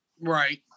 Right